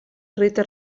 rita